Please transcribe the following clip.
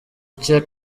icya